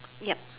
yup